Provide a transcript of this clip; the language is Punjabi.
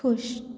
ਖੁਸ਼